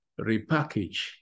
repackage